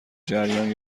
جریان